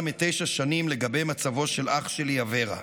מתשע שנים לגבי מצבו של אח שלי אברה.